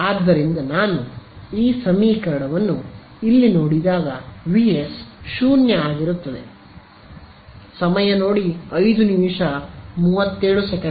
ಆದ್ದರಿಂದ ನಾನು ಈ ಸಮೀಕರಣವನ್ನು ಇಲ್ಲಿ ನೋಡಿದಾಗ ವಿ ಎಸ್ ೦ ಆಗಿರುತ್ತದೆ ಸಮಯ ನೋಡಿ 0537